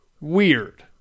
weird